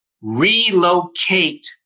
relocate –